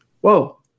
Whoa